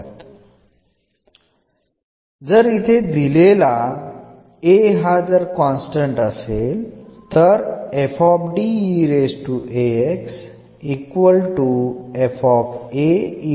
മാത്രമല്ല വലതുവശത്ത് ഇത്തരം ലളിതമായ ഫംഗ്ഷനുകൾ ഉള്ളപ്പോൾ ഇത്തരത്തിൽ വിലയിരുത്തുന്നത് വളരെ എളുപ്പമായിരിക്കും